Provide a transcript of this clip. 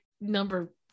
number